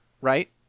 right